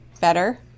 better